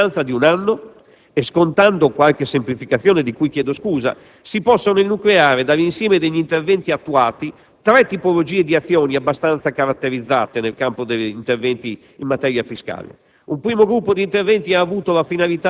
gli obiettivi di equità. A distanza di un anno e scontando qualche semplificazione, di cui chiedo scusa, si possono enucleare dall'insieme degli interventi attuati tre tipologie di azioni abbastanza caratterizzate nel campo degli interventi in materia fiscale.